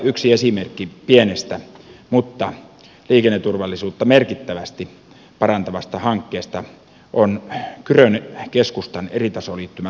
yksi esimerkki pienestä mutta liikenneturvallisuutta merkittävästi parantavasta hankkeesta on kyrön keskustan eritasoliittymän rakentaminen